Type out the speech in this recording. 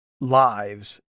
lives